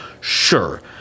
sure